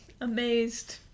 amazed